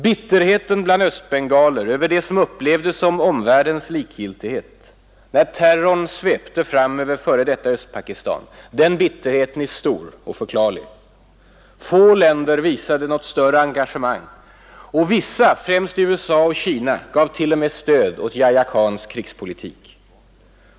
Bitterheten bland östbengaler är stor och förklarlig över det som upplevdes som omvärldens likgiltighet när terrorn svepte fram över f. d. Östpakistan. Få länder visade något större engagemang och vissa — främst USA och Kina — gav t.o.m. stöd åt Yahya Khans krigspolitik.